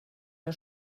der